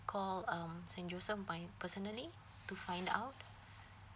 call um saint joseph by personally to find out